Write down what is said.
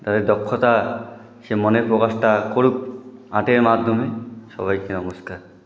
তাদের দক্ষতা সে মনের প্রকাশটা করুক আর্টের মাধ্যমে সবাইকে নমস্কার